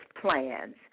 plans